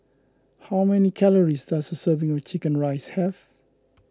how many calories does a serving of Chicken Rice have